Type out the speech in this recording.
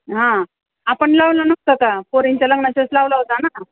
हां आपण लावला नव्हता का पोरींच्या लग्नाच्या वेळेस लावला होता ना